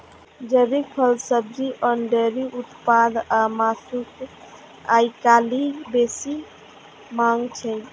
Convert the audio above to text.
जैविक फल, सब्जी, अन्न, डेयरी उत्पाद आ मासुक आइकाल्हि बेसी मांग छै